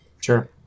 sure